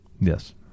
Yes